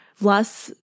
less